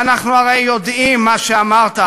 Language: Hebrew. ואנחנו הרי יודעים מה שאמרת,